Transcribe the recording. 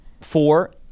Four